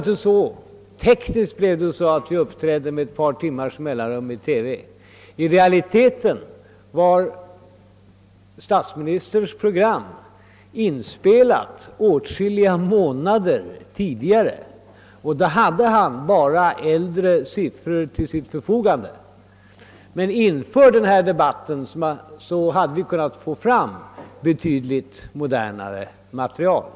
Tekniskt blev det så att vi uppträdde med ett par timmars mellanrum i TV — men i realiteten var programmet med statsministern inspelat åtskilliga månader tidigare, och då hade han bara äldre siffror till sitt förfogande. Inför den ifrågavarande debatten hade vi emellertid kunnat få fram betydligt aktuellare material.